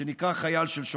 שנקרא: חייל של שוקולד.